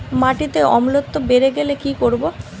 মাটিতে অম্লত্ব বেড়েগেলে কি করব?